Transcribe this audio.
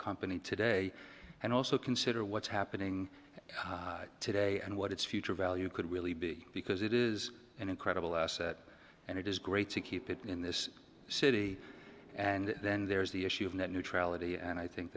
company today and also consider what's happening today and what its future value could really be because it is an incredible asset and it is great to keep it in this city and then there is the issue of net neutrality and i think